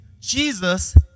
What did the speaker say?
Jesus